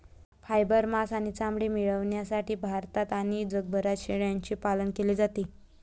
fibre, मांस आणि चामडे मिळविण्यासाठी भारतात आणि जगभरात शेळ्यांचे पालन केले जाते